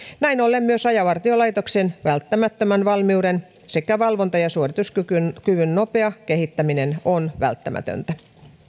näin ollen myös rajavartiolaitoksen valmiuden sekä valvonta ja suorituskyvyn nopea kehittäminen on välttämätöntä